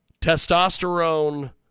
testosterone